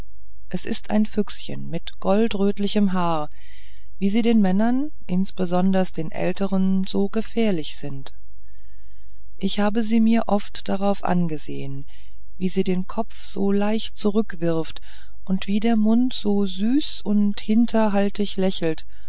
es ist ein füchschen mit goldrötlichem haar wie sie den männern insonders den älteren so gefährlich sind ich habe sie mir oft drauf angesehen wie sie den kopf so leicht zurückwirft und wie der mund so süß und hinterhaltig lächelt